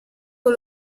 con